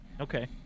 Okay